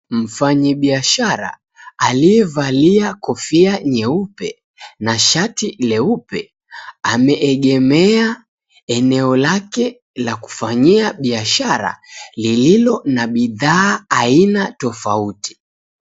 Mfanyibiashara aliyevalia kofia leupe na sharti jeupe ameegemea eneo lake la kufanyia biashara lililo na bidhaa aina tofauti.